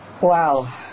Wow